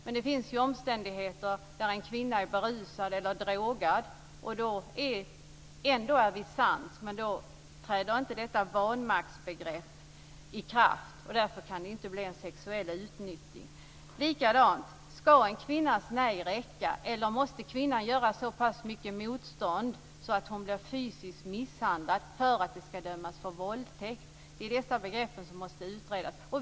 Men det finns omständigheter där en kvinna är berusad eller drogad och ändå är vid sans, men då träder inte detta vanmaktsbegrepp i kraft. Därför kan det inte bli fråga om sexuellt utnyttjande. Skall en kvinnas nej räcka, eller måste hon göra så mycket motstånd att hon blir fysiskt misshandlad för att det skall dömas som våldtäkt? Det är dessa begrepp som måste utredas.